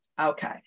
Okay